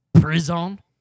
prison